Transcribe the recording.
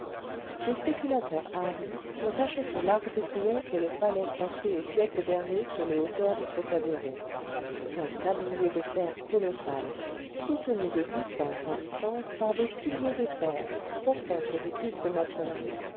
des spéculateurs hardis ont acheté l'arc de triomphe et le palais construit au dernier siècle sur les hauteurs du trocadéro un tablier de fer colossal soutenu de distance en distance par des piliers de fer portant sur des cubes de maçonnerie